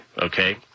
okay